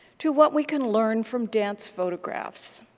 to what we can learn from dance photographs.